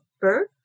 birth